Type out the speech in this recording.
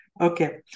Okay